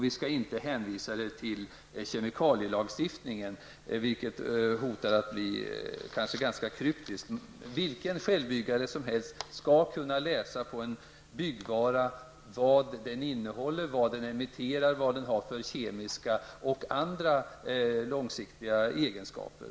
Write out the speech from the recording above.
Vi skall inte hänvisa denna information till kemikalielagstiftningen, vilken hotar att bli ganska kryptisk. Vilken självbyggare som helst skall kunna läsa på en byggvara vad den innehåller, vad den emiterar samt vad den har för kemiska och andra långsiktiga egenskaper.